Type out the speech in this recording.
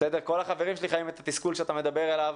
כל החברים שלי חיים את התסכול שאתה מדבר עליו.